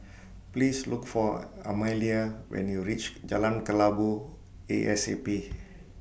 Please Look For Amalia when YOU REACH Jalan Kelabu A S A P